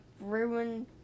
ruined